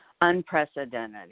Unprecedented